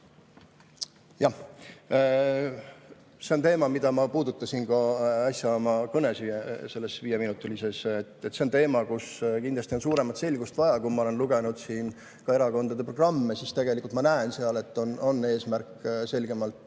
See on teema, mida ma puudutasin ka äsja oma viieminutilises kõnes. See on teema, kus kindlasti on suuremat selgust vaja. Kui ma olen lugenud erakondade programme, siis tegelikult ma näen seal, et on eesmärk selgemalt